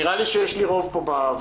נראה לי שיש לי רוב בוועדה.